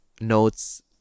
notes